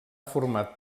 format